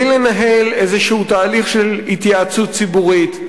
בלי לנהל איזשהו תהליך של התייעצות ציבורית,